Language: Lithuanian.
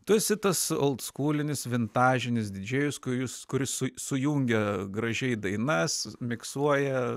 tu esi tas autskūlinis vintažinis didžėjus kujis kuris su sujungia gražiai dainas miksuoja